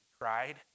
cried